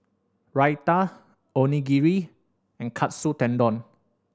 Raita Onigiri and Katsu Tendon